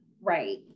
Right